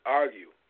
argue